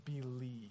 believe